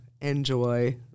enjoy